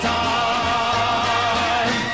time